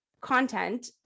content